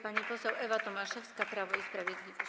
Pani poseł Ewa Tomaszewska, Prawo i Sprawiedliwość.